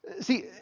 See